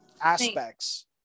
aspects